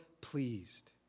pleased